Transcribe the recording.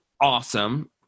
awesome